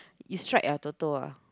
you strike ah Toto ah